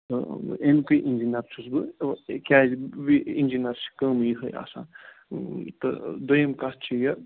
تہٕ اَمہِ کُے اِنجیٖنَر چھُس بہٕ کیٛازِ بیٚیہِ اِنجیٖنَرس چھِ کٲمٕے یِہَے آسان تہٕ دوٚیِم کَتھ چھِ یہِ